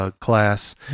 class